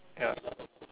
ya